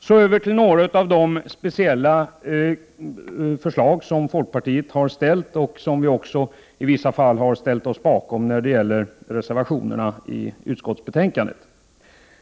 Så över till några av de speciella folkpartiförslag som vi i vissa fall också har ställt oss bakom i reservationerna vid utskottsbetänkandet.